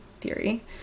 theory